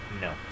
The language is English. No